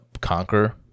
conquer